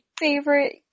favorite